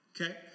okay